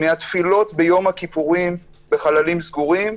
מהתפילות ביום הכיפורים בחללים סגורים,